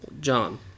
John